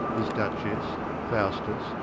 his duchess, faustus,